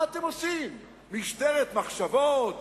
מה אתם עושים, משטרת מחשבות?